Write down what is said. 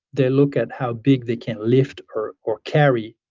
they look at how big they can lift or or carry,